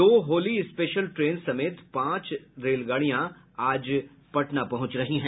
दो Holi special train समेत पांच रेलगाड़ियां आज पटना पहुंच रही है